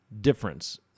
difference